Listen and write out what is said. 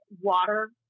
water